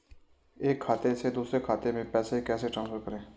एक खाते से दूसरे खाते में पैसे कैसे ट्रांसफर करें?